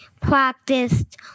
practiced